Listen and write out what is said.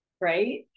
right